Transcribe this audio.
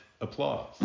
applause